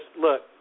Look